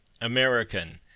American